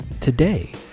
Today